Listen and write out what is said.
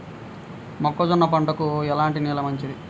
మొక్క జొన్న పంటకు ఎలాంటి నేల మంచిది?